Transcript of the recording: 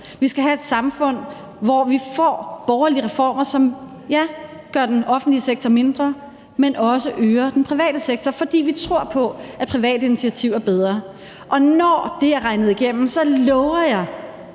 vi skal have et samfund, hvor vi får borgerlige reformer, som, ja, gør den offentlige sektor mindre, men som også øger den private sektor, fordi vi tror på, at privat initiativ er bedre. Og når det er regnet igennem, lover jeg